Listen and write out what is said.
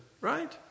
right